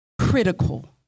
critical